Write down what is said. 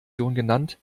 wird